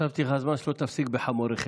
הוספתי לך זמן, שלא תפסיק ב"חמוריכם".